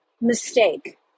mistake